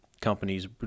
companies